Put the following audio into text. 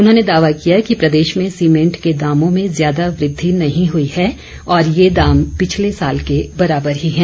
उन्होंने दावा किया कि प्रदेश में सीमेंट के दामों में ज्यादा वृद्वि नहीं हुई है और ये दाम पिछले साल के बराबर ही हैं